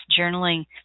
journaling